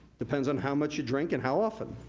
depends on how much you drink and how often.